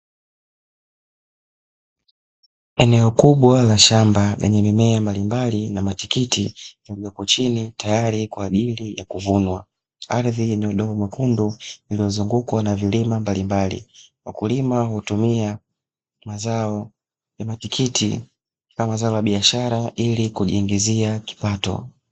Eneo kubwa la shamba lenye mimea mbalimbali na matikiti yaliyopo chini, tayari kwa ajili ya kuvunwa; ardhi yenye udongo mwekundu, iliyozungukwa na vilima mbalimbali. Wakulima utumia mazao ya matikiti kama zao la biashara ili kujiingizia kipato.